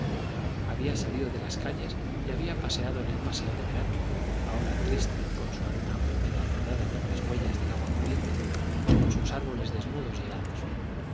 había salido de las calles y había paseado en el paseo de verano ahora triste con su arena húmeda bordada por las huellas del agua corriente con sus árboles desnudos y helados